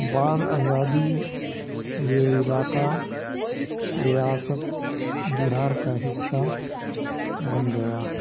بعد آزادی یہ علاقہ ریاست بہار کا حصہ بن گیا